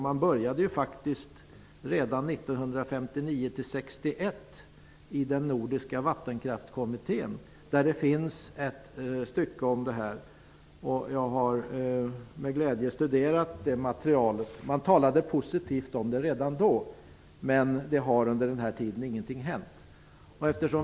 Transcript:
Man började ju göra detta redan 1959--1961 i den nordiska vattenkraftkommittén. Där finns det ett stycke om det här. Jag har med glädje studerat det materialet. Man talade positivt om det redan då, men ingenting har hänt under den här tiden.